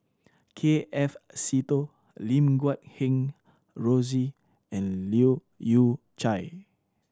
K F Seetoh Lim Guat Kheng Rosie and Leu Yew Chye